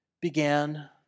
began